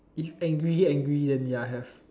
if angry angry then ya have